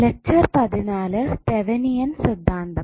നമസ്കാരം